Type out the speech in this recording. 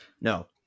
no